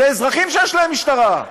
זה אזרחים שיש להם משטרה.